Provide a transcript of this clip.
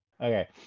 Okay